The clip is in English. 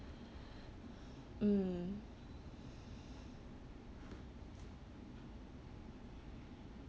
mm